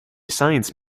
science